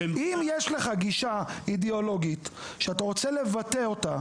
אם יש לך גישה אידאולוגית שאתה רוצה לבטא,